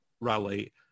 rally